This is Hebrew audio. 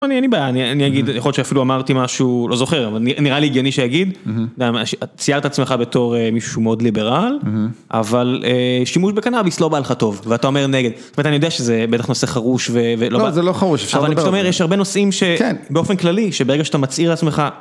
אני אין לי בעיה, אני אגיד, יכול להיות שאפילו אמרתי משהו, לא זוכר, אבל נראה לי הגיוני שיגיד, גם ציירת את עצמך בתור מישהו שהוא מאוד ליברל, אבל שימוש בקנאביס לא בא לך טוב, ואתה אומר נגד. זאת אומרת, אני יודע שזה בטח נושא חרוש ולא בא. לא, זה לא חרוש, אפשר לדבר. אבל אני רוצה לומר, יש הרבה נושאים שבאופן כללי, שברגע שאתה מצעיר את עצמך.